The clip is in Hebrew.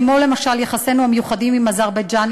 כמו למשל יחסינו המיוחדים עם אזרבייג'ן,